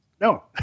No